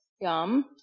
Yum